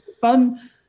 fun